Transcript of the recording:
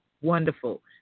wonderful